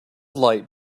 light